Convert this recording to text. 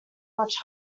much